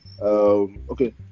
okay